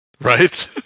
Right